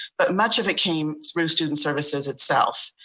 but much of it came through student services itself.